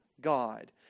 God